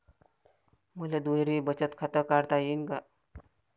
मले दुहेरी बचत खातं काढता येईन का?